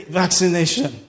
vaccination